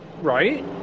Right